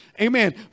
Amen